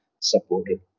supported